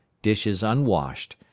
dishes unwashed,